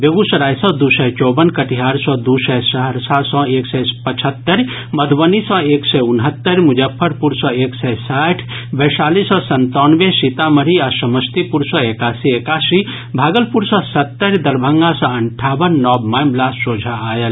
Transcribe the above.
बेगूसराय सॅ दू सय चौवन कटिहार सॅ दू सय सहरसा सॅ एक सय पचहत्तरि मधुबनी सॅ एक सय उनहत्तरि मुजफ्फरपुर सॅ एक सय साठि वैशाली सॅ संतानवे सीतामढ़ी आ समस्तीपुर सॅ एकासी एकासी भागलपुर सॅ सत्तरि दरभंगा सॅ अंठावन नव मामिला सोझा आयल